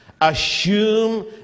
assume